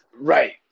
Right